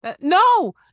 No